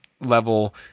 level